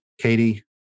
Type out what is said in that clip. Katie